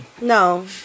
no